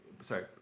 sorry